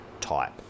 type